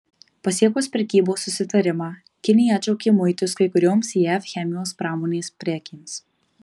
pasiekus prekybos susitarimą kinija atšaukė muitus kai kurioms jav chemijos pramonės prekėms